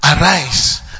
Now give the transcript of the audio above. Arise